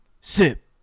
sip